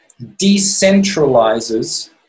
decentralizes